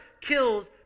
kills